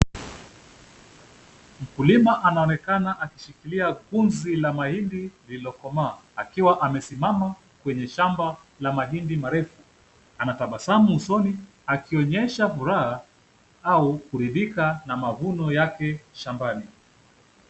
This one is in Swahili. Mkulima anaonekana akishikilia ngunzi la mahindi lililokomaa, akiwa amesimama kwenye shamba la mahindi marefu. Ana tabasamu usoni akionyesha furaha au kuridhika na mavuno yake shambani.